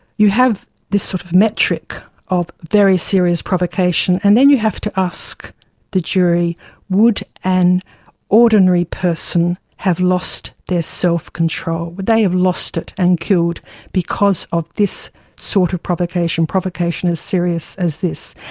you have this sort of metric of very serious provocation, and then you have to ask the jury would an ordinary person have lost their self-control? would they have lost it and killed because of this sort of provocation, provocation as serious as this?